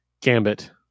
gambit